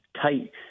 tight